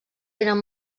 tenen